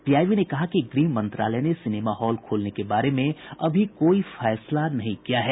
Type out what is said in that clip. PIB ने कहा है कि गृह मंत्रालय ने सिनेमा हॉल खोलने के बारे में अभी कोई फैसला नहीं किया है